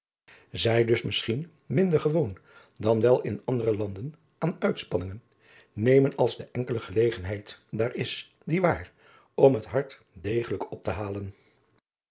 ij dus misschien minder gewoon dan wel in andere landen aan uitspanningen nemen als de enkele gelegenheid daar is die waar om het hart degelijk op te halen